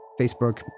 Facebook